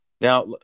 Now